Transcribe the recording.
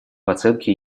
оценке